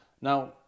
now